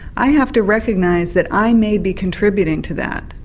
i have to recognise that i may be contributing to that.